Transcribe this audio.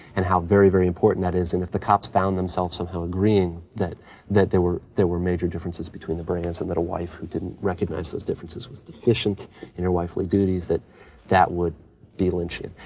and how very, very important that is, and if the cops found themselves somehow agreeing that that there were there were major differences between the brands and that a wife who didn't recognize those differences was deficient in her wifely duties, that that would be lynchian,